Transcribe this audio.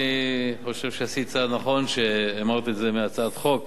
אני חושב שעשית צעד נכון שהמרת את זה מהצעת חוק,